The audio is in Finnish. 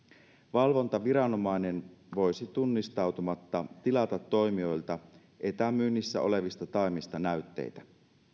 valvontaviranomainen voisi tunnistautumatta tilata toimijoilta etämyynnissä olevista taimista näytteitä